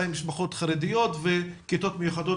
משפחות חרדיות ו-22,000 כיתות מיוחדות.